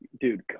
dude